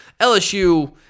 LSU